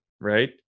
right